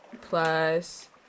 plus